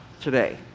today